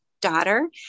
daughter